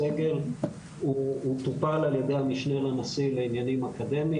הוא טופל על ידי המשנה לנשיא לעניינים אקדמיים.